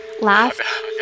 laugh